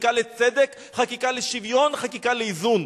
חקיקה לצדק, חקיקה לשוויון, חקיקה לאיזון.